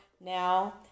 now